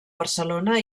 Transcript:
barcelona